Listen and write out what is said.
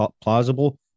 plausible